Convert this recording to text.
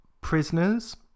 prisoners